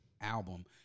album